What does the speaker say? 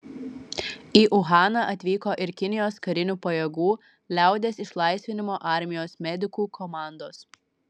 į uhaną atvyko ir kinijos karinių pajėgų liaudies išlaisvinimo armijos medikų komandos